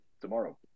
tomorrow